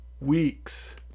weeks